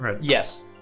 yes